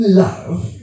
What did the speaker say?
love